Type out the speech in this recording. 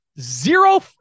zero